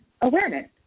awareness